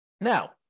Now